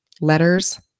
Letters